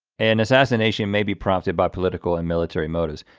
and assassination may be prompted by political and military motives.